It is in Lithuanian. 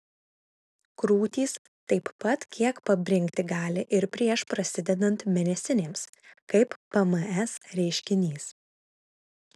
krūtys taip pat kiek pabrinkti gali ir prieš prasidedant mėnesinėms kaip pms reiškinys